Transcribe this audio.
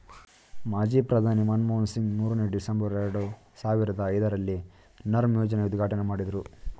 ಮಾಜಿ ಪ್ರಧಾನಿ ಮನಮೋಹನ್ ಸಿಂಗ್ ಮೂರನೇ, ಡಿಸೆಂಬರ್, ಎರಡು ಸಾವಿರದ ಐದರಲ್ಲಿ ನರ್ಮ್ ಯೋಜನೆ ಉದ್ಘಾಟನೆ ಮಾಡಿದ್ರು